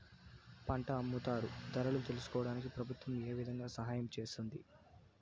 పంట అమ్ముతారు ధరలు తెలుసుకోవడానికి ప్రభుత్వం ఏ విధంగా సహాయం చేస్తుంది?